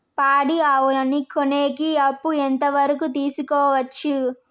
పాడి ఆవులని కొనేకి అప్పు ఎంత వరకు తీసుకోవచ్చు?